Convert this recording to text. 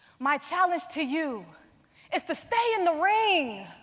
my challenge to you is to stay in the ring.